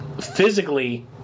physically